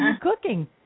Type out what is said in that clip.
cooking